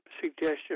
suggestion